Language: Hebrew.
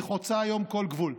היא חוצה היום כל גבול.